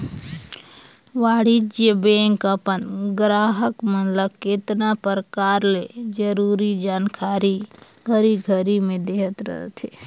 वाणिज्य बेंक अपन गराहक मन ल केतना परकार ले जरूरी जानकारी घरी घरी में देहत रथे